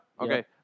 Okay